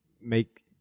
make